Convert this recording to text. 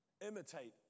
Imitate